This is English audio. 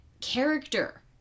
character